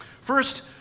First